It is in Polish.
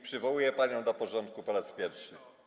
Przywołuję panią do porządku po raz pierwszy.